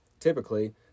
Typically